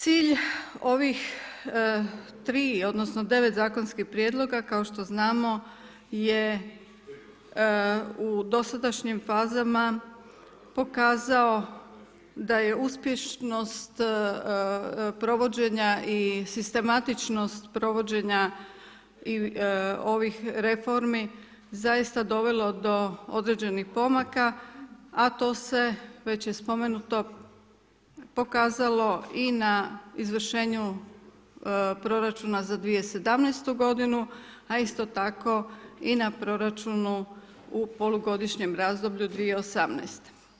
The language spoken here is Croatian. Cilj ovih tri, odnosno, devet zakonskih prijedloga, kao što znamo je u dosadašnjim fazama, pokazao da je uspješnost provođenja i sistematičnost provođenja, ovih reformi, zaista dovelo do određenih pomaka, a to se već iz spomenutog pokazalo i na izvršenju proračuna za 2017. g., a isto tako i na proračunu u polugodišnjem razdoblju 2018.